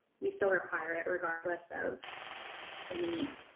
we still require it regardless of any